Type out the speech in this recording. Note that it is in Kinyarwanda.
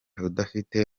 udafite